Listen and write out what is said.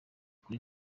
kuri